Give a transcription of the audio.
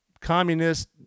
communist